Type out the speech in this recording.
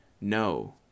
No